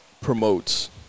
promotes